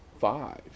five